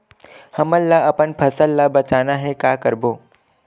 हमन ला अपन फसल ला बचाना हे का करबो?